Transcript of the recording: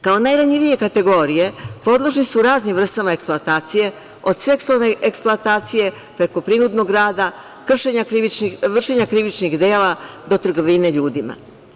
Kao najranjivije kategorije podložni su raznim vrstama eksploatacije od seksualne eksploatacije, preko prinudnog rada, vršenja krivičnih dela do trgovine ljudima.